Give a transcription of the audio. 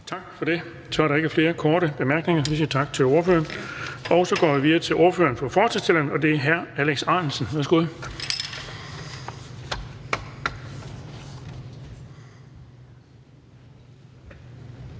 Tak for det. Så er der ikke flere korte bemærkninger. Vi siger tak til ordføreren. Så går vi videre til ordføreren for forslagsstillerne, og det er hr. Alex Ahrendtsen. Værsgo.